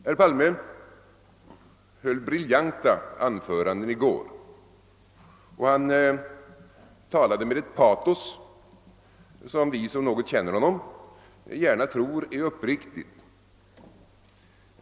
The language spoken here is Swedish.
Herr Palme höll briljanta anföranden i går, och han talade med ett patos som vi som något känner honom gärna tror är uppriktigt.